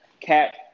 Cat